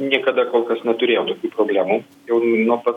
niekada kol kas neturėjo tokių problemų jau nuo pat